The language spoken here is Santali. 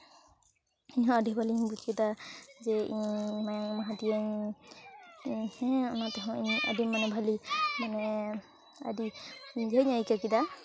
ᱤᱧ ᱦᱚᱸ ᱟᱹᱰᱤ ᱵᱷᱟᱹᱞᱤᱧ ᱵᱩᱡ ᱠᱮᱫᱟ ᱡᱮ ᱤᱧ ᱢᱟᱭᱟᱢ ᱮᱢᱟ ᱦᱟᱫᱮᱭᱟᱹᱧ ᱦᱮᱸ ᱚᱱᱟ ᱛᱮᱦᱚᱸ ᱤᱧᱟᱹᱜ ᱟᱹᱰᱤ ᱢᱟᱱᱮ ᱵᱷᱟᱹᱞᱤ ᱢᱟᱱᱮ ᱟᱹᱰᱤ ᱤᱭᱟᱹᱧ ᱟᱹᱭᱠᱟᱹᱣ ᱠᱮᱫᱟ